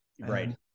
right